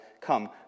come